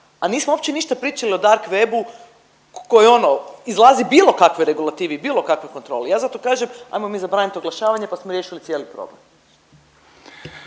a nismo uopće ništa pričali o dark webu koji ono izlazi bilo kakvoj regulativi i bilo kakvoj kontroli. Ja zato kažem hajmo mi zabraniti oglašavanje, pa smo riješili cijeli problem.